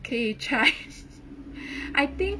可以 try I think